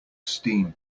steam